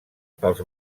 pels